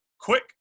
quick